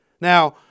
Now